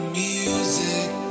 music